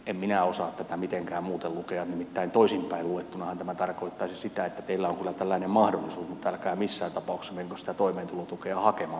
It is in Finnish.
en minä osaa tätä mitenkään muuten lukea nimittäin toisinpäin luettunahan tämä tarkoittaisi sitä että teillä on kyllä tällainen mahdollisuus mutta älkää missään tapauksessa menkö sitä toimeentulotukea hakemaan